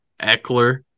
Eckler